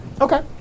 Okay